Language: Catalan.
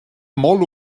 molt